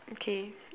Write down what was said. okay